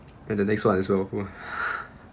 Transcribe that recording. and the next [one] as well !wah!